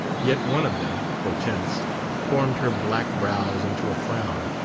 yet one of them hortense formed her black brows into a frown,